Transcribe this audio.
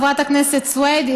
חברת הכנסת סויד,